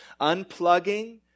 unplugging